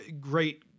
great